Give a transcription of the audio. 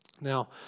Now